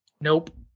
Nope